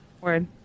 word